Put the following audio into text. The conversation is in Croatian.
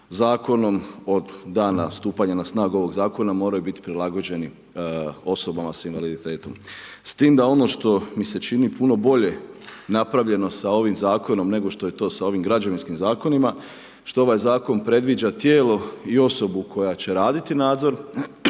zakonom od dana stupanja na snagu ovog zakona, moraju biti prilagođeni osobama sa invaliditetom. S tim da ono što mi se čini puno bolje napravljeno sa ovim zakonom nego što je to sa ovim građevinskim zakonima, što ovaj zakon predviđa tijelo i osobu koja će nadzor